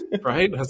right